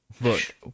Look